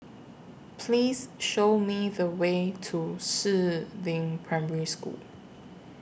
Please Show Me The Way to Si Ling Primary School